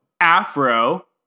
Afro